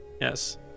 Yes